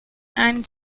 and